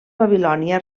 babilònia